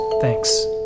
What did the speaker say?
Thanks